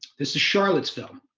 this is charlottesville